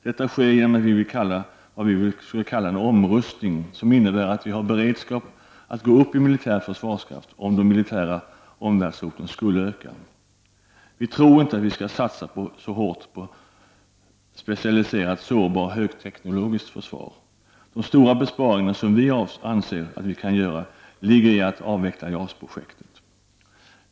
Detta sker genom vad vi vill kalla en omrustning, som innebär att vi har beredskap att gå upp i militär försvarskraft om de militära omvärldshoten skulle öka. Vi tror inte att vi skall satsa så hårt på specialiserat, sårbart högteknologiskt försvar. De stora besparingar som vi anser att vi kan göra ligger i att avveckla JAS projektet.